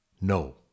no